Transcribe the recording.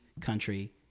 country